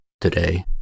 today